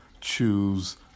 choose